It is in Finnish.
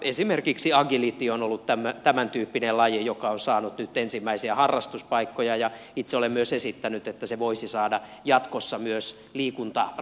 esimerkiksi agility on ollut tämäntyyppinen laji joka on saanut nyt ensimmäisiä harrastuspaikkoja ja itse olen myös esittänyt että se voisi saada jatkossa myös liikuntarahaa